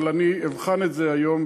אבל אני אבחן את זה היום,